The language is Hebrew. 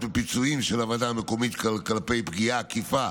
בפיצויים של הוועדה המקומית כלפי פגיעה עקיפה